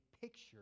picture